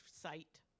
site